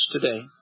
today